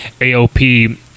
AOP